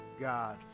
God